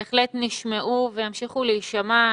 הדברים בהחלט נשמעו וימשיכו להישמע.